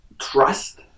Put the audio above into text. trust